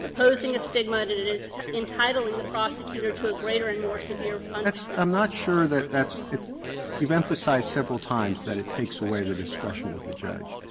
imposing a stigma, and it is entitling the prosecutor to a greater and more severe punishment. roberts i'm not sure that that's you've emphasized several times that it takes away the discretion of the judge.